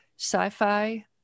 sci-fi